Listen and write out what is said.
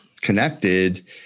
connected